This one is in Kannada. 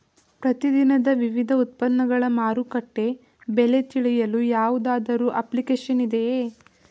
ಪ್ರತಿ ದಿನದ ವಿವಿಧ ಉತ್ಪನ್ನಗಳ ಮಾರುಕಟ್ಟೆ ಬೆಲೆ ತಿಳಿಯಲು ಯಾವುದಾದರು ಅಪ್ಲಿಕೇಶನ್ ಇದೆಯೇ?